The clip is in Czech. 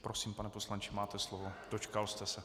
Prosím, pane poslanče, máte slovo, dočkal jste se.